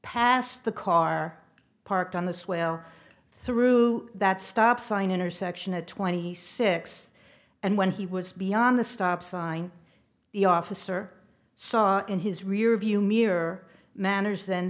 past the car parked on the swell through that stop sign intersection at twenty six and when he was beyond the stop sign the officer saw in his rearview mirror manners